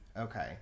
Okay